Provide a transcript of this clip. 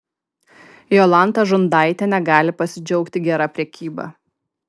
jolanta žundaitė negali pasidžiaugti gera prekyba